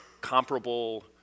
comparable